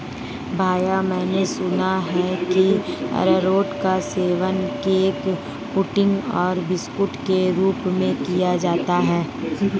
भैया मैंने सुना है कि अरारोट का सेवन केक पुडिंग और बिस्कुट के रूप में किया जाता है